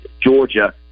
Georgia